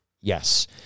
Yes